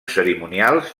cerimonials